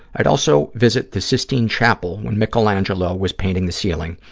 i'd also visit the sistine chapel when michelangelo was painting the ceiling,